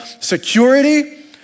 security